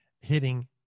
hitting